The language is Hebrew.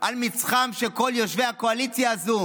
על מצחם של כל יושבי הקואליציה הזו,